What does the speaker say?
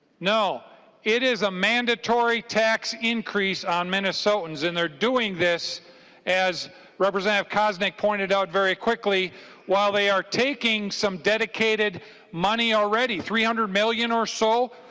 no it is a mandatorytax increase on minnesotans and they are doing this as representative koznick pointed out very quickly while they are taking some dedicated money already three hundred million or so